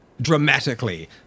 dramatically